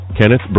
Kenneth